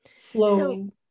flowing